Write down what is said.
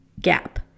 gap